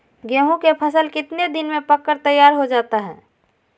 गेंहू के फसल कितने दिन में पक कर तैयार हो जाता है